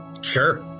Sure